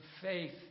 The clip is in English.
faith